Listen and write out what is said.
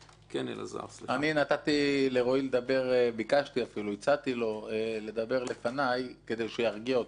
אני נתתי לרועי לדבר הצעתי לו לדבר לפניי כדי שירגיע אותי קצת